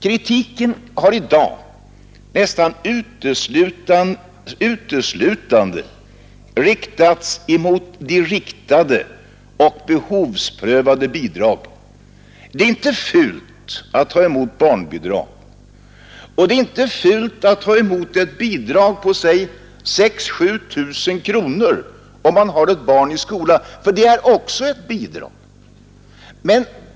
Kritiken har i dag nästan uteslutande vänts mot de riktade och behovsprövade bidragen. Det är inte fult att ta emot barnbidrag, och det är inte fult att ta emot ett bidrag på 6 000 å 7 000 kronor, om man har ett barn i skolan. Det är också ett bidrag.